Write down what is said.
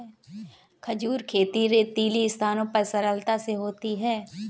खजूर खेती रेतीली स्थानों पर सरलता से होती है